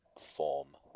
form